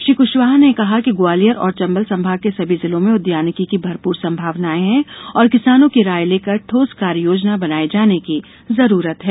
श्री कुशवाहा ने कहा कि ग्वालियर और चंबल संभाग के सभी जिलों में उद्यानिकी की भरपूर संभावनाए हैं और किसानों की राय लेकर ठोस कार्ययोजना बनाये जाने की जरूरत है